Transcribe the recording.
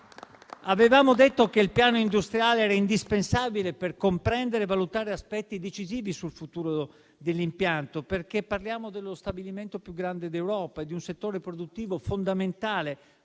Avevamo detto che il piano industriale era indispensabile per comprendere e valutare aspetti decisivi sul futuro dell'impianto, perché parliamo dello stabilimento più grande d'Europa e di un settore produttivo fondamentale